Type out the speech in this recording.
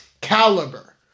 caliber